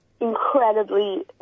incredibly